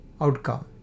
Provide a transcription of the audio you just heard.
outcome